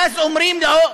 ואז אומרים לו: